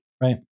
right